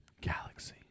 galaxy